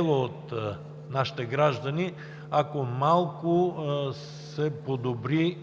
от нашите граждани. Ако малко се подобри